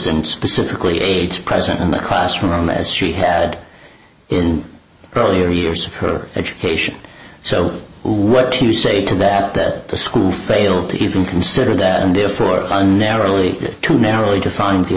and specifically aids present in the classroom as she had in earlier years for education so what to say to that that the school failed to even consider that and therefore and narrowly too narrowly defined the